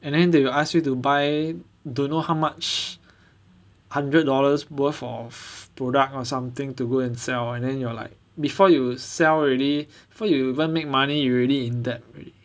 and then they will ask you to buy don't know how much hundred dollars worth of product or something to go and sell and then you're like before you sell already before you even make money you already in debt already